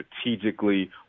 strategically